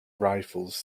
rifles